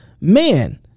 man